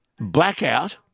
blackout